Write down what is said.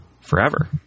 forever